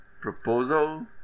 proposal